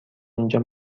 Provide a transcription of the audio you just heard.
اینجا